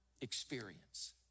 experience